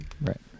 Right